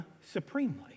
supremely